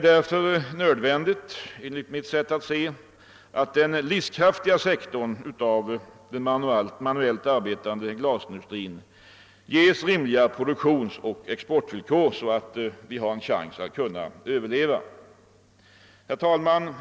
Därför är det enligt min mening nödvändigt att den livskraftiga sektorn av den manuellt arbetande glasindustrin tillförsäkras sådana produktionsoch exportvillkor, att den har chans att överleva. Herr talman!